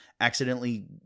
accidentally